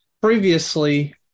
previously